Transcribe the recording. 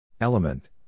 element